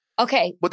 Okay